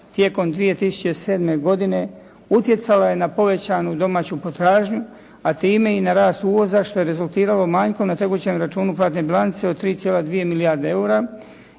tijekom 2007. godine utjecalo je na povećanu domaću potražnju, a time i na rast uvoza što je rezultiralo manjkom na tekućem računu platne bilance od 3,2 milijarde eura